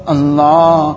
Allah